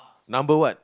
number what